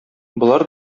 болар